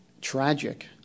tragic